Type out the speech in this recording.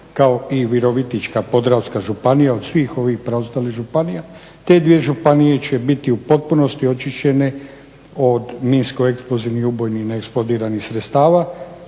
kao i Virovitička-podravska županija od svih ovih preostalih županija. Te dvije županije će biti u potpunosti očišćene od minsko eksplozivnih ubojnih neeksplodiranih sredstava.